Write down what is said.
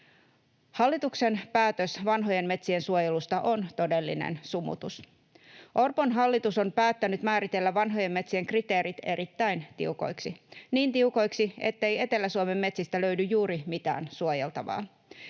Hallituksen päätös vanhojen metsien suojelusta on todellinen sumutus. Orpon hallitus on päättänyt määritellä vanhojen metsien kriteerit erittäin tiukoiksi — niin tiukoiksi, ettei Etelä-Suomen metsistä löydy juuri mitään suojeltavaa.